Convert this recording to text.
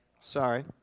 Sorry